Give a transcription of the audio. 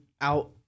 out